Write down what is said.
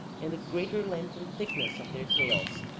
and the greater length and thickness of their tails.